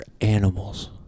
animals